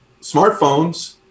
smartphones